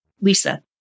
Lisa